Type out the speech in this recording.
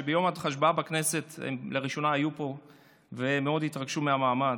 שביום ההשבעה בכנסת הן לראשונה היו פה ומאוד התרגשו מהמעמד,